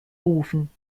ofen